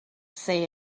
say